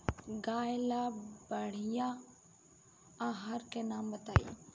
गाय ला बढ़िया आहार के नाम बताई?